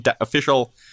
Official